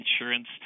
insurance